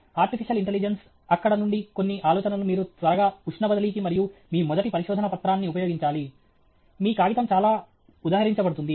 artificial intelligence అక్కడ నుండి కొన్ని ఆలోచనలు మీరు త్వరగా ఉష్ణ బదిలీకి మరియు మీ మొదటి పరిశోధనపత్రాన్ని ఉపయోగించాలి మీ కాగితం చాలా ఉదహరించబడుతుంది